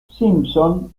simpson